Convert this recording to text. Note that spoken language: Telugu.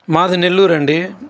మాది నెల్లూరు అండి